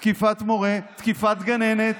תקיפת גננת.